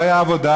לא הייתה עבודה,